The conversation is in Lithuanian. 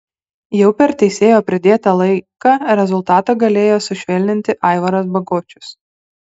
jau per teisėjo pridėtą laiką rezultatą galėjo sušvelninti aivaras bagočius